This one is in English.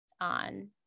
on